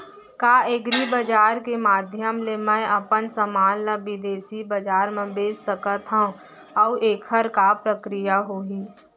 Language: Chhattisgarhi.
का एग्रीबजार के माधयम ले मैं अपन समान ला बिदेसी बजार मा बेच सकत हव अऊ एखर का प्रक्रिया होही?